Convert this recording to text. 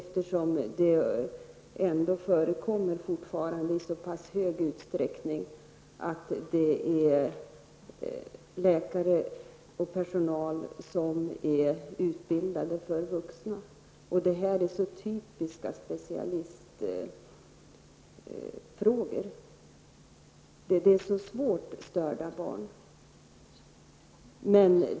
Fortfarande är det nämligen i stor utsträckning läkare och personal som är utbildade för vuxna. Detta är ett typiskt ansvarsområde för barnspecialister, eftersom flyktingbarn är så svårt störda.